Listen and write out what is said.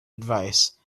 advice